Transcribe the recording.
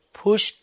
push